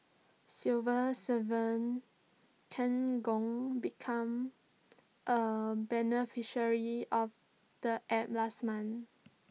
civil servant Ken Gong become A beneficiary of the app last month